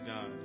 God